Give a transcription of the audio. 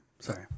Sorry